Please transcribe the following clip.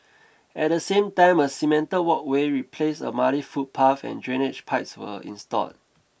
at the same time a cemented walkway replaced a muddy footpath and drainage pipes were installed